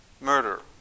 murder